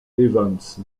evans